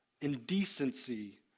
indecency